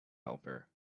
helper